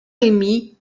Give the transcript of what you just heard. rémy